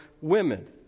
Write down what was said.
women